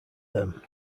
them